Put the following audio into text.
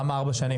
למה ארבע שנים?